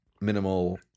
minimal